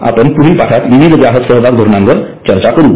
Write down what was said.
आम्ही पुढील पाठात विविध ग्राहक सहभाग धोरणांवर चर्चा करू